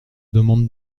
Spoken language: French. demande